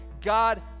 God